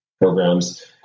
programs